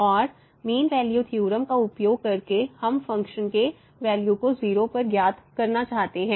और mean value theorem का उपयोग करके हम फंक्शन के वैल्यू को 0 पर ज्ञात करना चाहते हैं